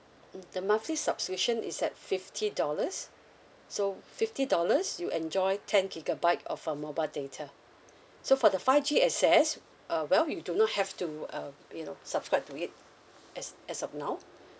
mm the monthly subscription is at fifty dollars so fifty dollars you enjoy ten gigabyte of a mobile data so for the five G access uh well you do not have to uh you know subscribe to it as as of now